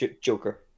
joker